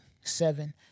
Seven